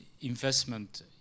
investment